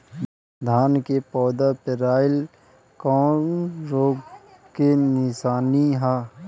धान के पौधा पियराईल कौन रोग के निशानि ह?